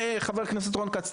חבר הכנסת רון כץ,